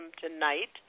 tonight